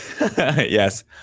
yes